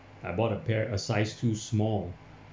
I bought a pair a size too small